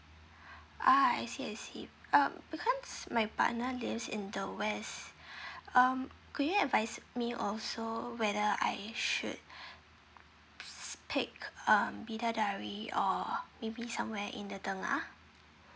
ah I see I see um because my partner lives in the west um could you advise me also whether I should pick um bidadari or maybe somewhere in the tengah